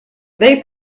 they